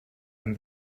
and